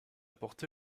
porté